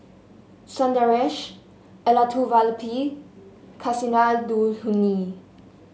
Sundaresh Elattuvalapil Kasinadhuni